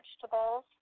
vegetables